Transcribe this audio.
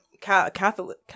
Catholic